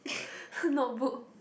notebook